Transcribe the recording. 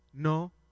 No